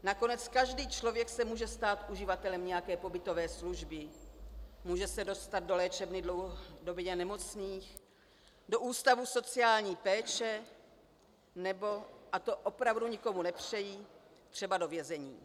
Nakonec každý člověk se může stát uživatelem nějaké pobytové služby, může se dostat do léčebny dlouhodobě nemocných, do ústavu sociální péče nebo a to opravdu nikomu nepřeji třeba do vězení.